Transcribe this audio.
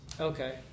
okay